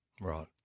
Right